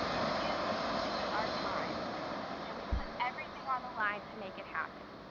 we knew it was our time and we put everything on the line to make it happen.